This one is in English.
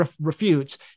refutes